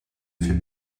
fait